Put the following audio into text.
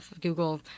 Google